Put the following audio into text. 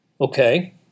Okay